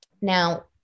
Now